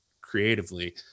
creatively